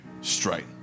straight